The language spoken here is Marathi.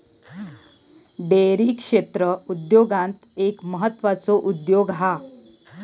डेअरी क्षेत्र उद्योगांत एक म्हत्त्वाचो उद्योग हा